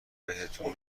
بهتون